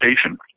station